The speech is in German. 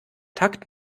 takt